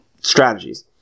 strategies